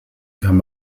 kann